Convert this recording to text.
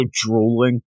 drooling